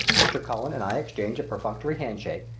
mr. cullen and i exchanged a perfunctory handshake,